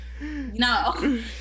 No